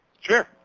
sure